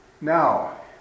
Now